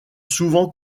souvent